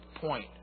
point